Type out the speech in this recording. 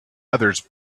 others